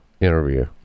interview